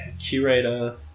curator